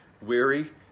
weary